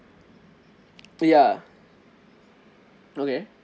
ya okay